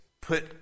put